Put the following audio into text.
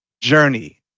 journey